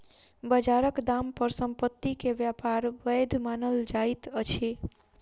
बजारक दाम पर संपत्ति के व्यापार वैध मानल जाइत अछि